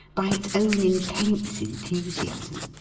by its own intense enthusiasm.